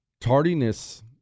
Tardiness